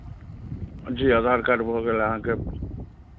जी Aadhaar card भऽ गेल अहाँके